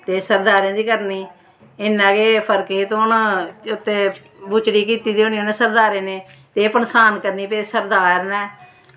ते सरदारें दी करनी इन्ना गै फर्क ही ते हून बुच्चड़ी कीती दी होनी उ'नें सरदारें ने एह् पंछान करनी भाई सरदार न